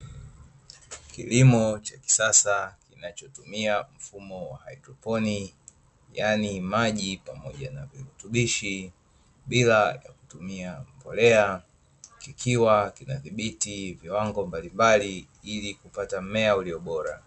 Kilimo cha kisasa kinachotumia mfumo wa haidroponi, yaani maji pamoja na virutubishi, bila ya kutumia mbolea ikiwa kinadhibiti viwango mbalimbali, ili kupata mmea ulio bora.